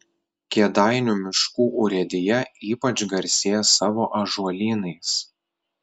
kėdainių miškų urėdija ypač garsėja savo ąžuolynais